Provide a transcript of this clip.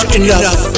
enough